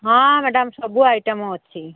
ହଁ ମ୍ୟାଡ଼ାମ୍ ସବୁ ଆଇଟମ୍ ଅଛି